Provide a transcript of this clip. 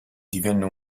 divenne